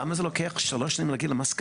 למה זה לוקח שלוש שנים להגיע למסקנות?